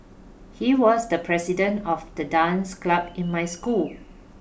he was the president of the dance club in my school